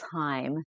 time